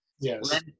Yes